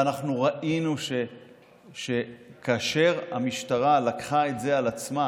ואנחנו ראינו שכאשר המשטרה לקחה את זה על עצמה